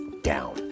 down